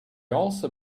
also